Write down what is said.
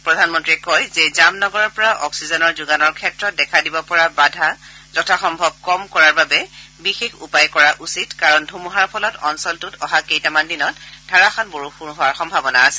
প্ৰধানমন্তীয়ে কয় যে জামনগৰৰ পৰা অক্সিজেনৰ যোগানৰ ক্ষেত্ৰত দেখা দিব পৰা বাধা যথাসম্ভৱ কম কৰাৰ বাবে বিশেষ উপায় কৰা উচিত কাৰণ ধুমুহাৰ ফলত অঞ্চলটোত অহা কেইটামান দিনত ধাৰাসাৰ বৰষুণ হোৱাৰ সম্ভাবনা আছে